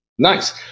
Nice